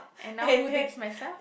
and now who takes my stuff